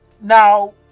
Now